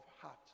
heart